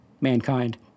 Mankind